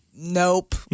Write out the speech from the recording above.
Nope